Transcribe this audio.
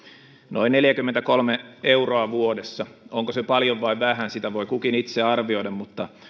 noin neljäkymmentäkolme euroa vuodessa onko se paljon vai vähän sitä voi kukin itse arvioida mutta